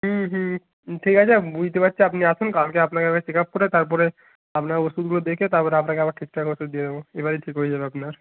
হুম হুম ঠিক আছে বুঝতে পারছি আপনি আসুন কালকে আপনাকে একবার চেক আপ করে তার পরে আপনার ওষুধগুলো দেখে তার পরে আপনাকে আবার ঠিকঠাক ওষুধ দিয়ে দেবো এবারেই ঠিক হয়ে যাবে আপনার